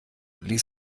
ließ